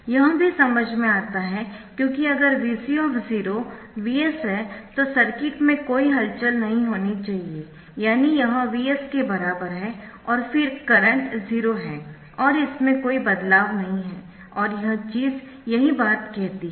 यह भी समझ में आता है क्योंकि अगर Vc Vs तो सर्किट में कोई हलचल नहीं होनी चाहिए यानी यह Vs के बराबर है और फिर करंट 0 है और इसमें कोई बदलाव नहीं है और यह चीज़ यही बात कहती है